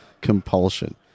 compulsion